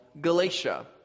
Galatia